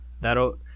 That'll